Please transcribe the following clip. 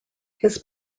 his